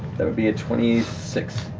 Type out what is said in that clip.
that would be a twenty six.